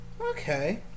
Okay